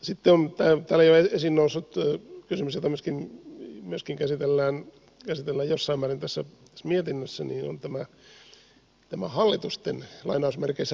sitten täällä jo esiin noussut kysymys jota myöskin käsitellään jossain määrin tässä mietinnössä on tämä hallitusten ristiinomistus